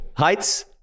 heights